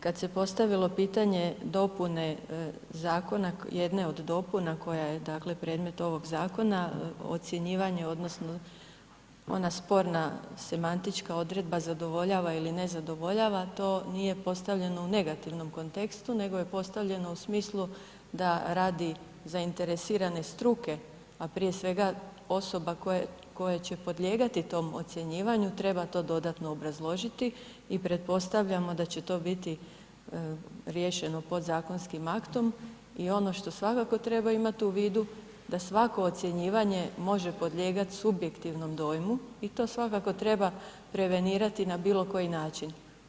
Kad se postavilo pitanje dopune zakona, jedne od dopuna koja je, dakle predmet ovog zakona, ocjenjivanje odnosno ona sporna semantička odredba zadovoljava ili ne zadovoljava, to nije postavljeno u negativnom kontekstu nego je postavljeno u smislu da radi zainteresirane struke, a prije svega, osoba koje će podlijegati tom ocjenjivanju, treba to dodatno obrazložiti i pretpostavljamo da će to biti riješeno podzakonskim aktom i ono što svakako treba imati u vidu, da svako ocjenjivanje može podlijegati subjektivnom dojmu i to svakako treba prevenirati na bilo koji način.